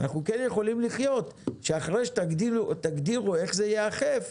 אנחנו כן יכולים לחיות שאחרי שתגדירו איך זה ייאכף,